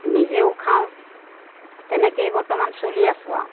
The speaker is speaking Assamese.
নিজেও খাওঁ তেনেকে বৰ্তমান চলি আছো আৰু